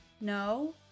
No